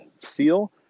seal